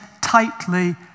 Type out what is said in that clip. tightly